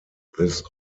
this